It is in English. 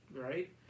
Right